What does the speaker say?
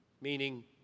meaning